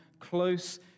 close